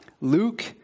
Luke